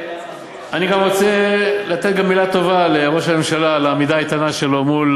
אני גם רוצה לתת גם מילה טובה לראש הממשלה על העמידה האיתנה שלו מול